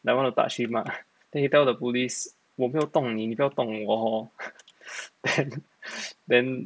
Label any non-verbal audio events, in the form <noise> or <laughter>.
like want to touch him ah then he tell the police 我没有动你你不要动我 hor <laughs> then then